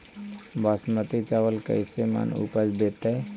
बासमती चावल कैसे मन उपज देतै?